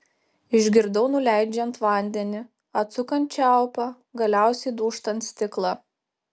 išgirdau nuleidžiant vandenį atsukant čiaupą galiausiai dūžtant stiklą